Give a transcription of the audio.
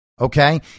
Okay